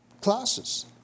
classes